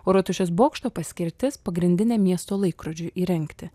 o rotušės bokšto paskirtis pagrindiniam miesto laikrodžiui įrengti